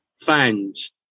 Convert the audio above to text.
fans